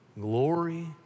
Glory